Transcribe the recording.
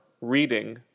reading